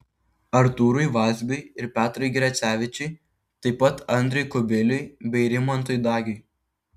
artūrui vazbiui ir petrui grecevičiui taip pat andriui kubiliui bei rimantui dagiui